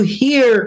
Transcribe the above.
hear